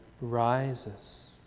rises